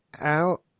out